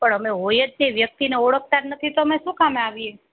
પણ અમે હોઈએ જ તે વ્યક્તિને ઓળખતા જ નથી તો શું કામ આવીએ